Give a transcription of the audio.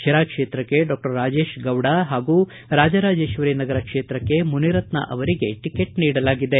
ಶಿರಾ ಕ್ಷೇತ್ರಕ್ಕೆ ಡಾಕ್ಟರ್ ರಾಜೇಶ್ಗೌಡ ಹಾಗೂ ರಾಜರಾಜೇಶ್ವರಿ ನಗರ ಕ್ಷೇತ್ರಕ್ಷೆ ಮುನಿರತ್ನ ಅವರಿಗೆ ಟಿಕೆಟ್ ನೀಡಲಾಗಿದೆ